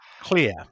clear